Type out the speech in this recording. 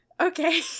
Okay